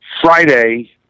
Friday